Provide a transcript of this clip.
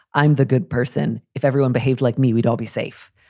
i'm the good person. if everyone behaved like me, we'd all be safe.